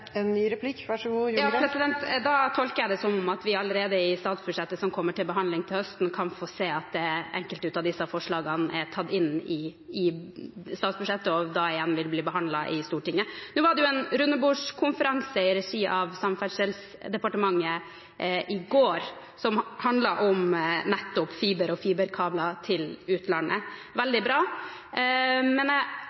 Da tolker jeg det som at vi allerede i statsbudsjettet som kommer til behandling til høsten, kan få se at enkelte av disse forslagene er tatt inn i statsbudsjettet, og da igjen vil bli behandlet i Stortinget. Nå var det en rundebordskonferanse i regi av Samferdselsdepartementet i går som handlet om nettopp fiber og fiberkabler til utlandet